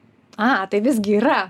a tai visgi yra